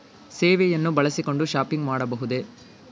ಸೇವೆಯನ್ನು ಬಳಸಿಕೊಂಡು ಶಾಪಿಂಗ್ ಮಾಡಬಹುದೇ?